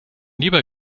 lieber